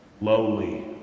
lowly